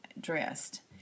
dressed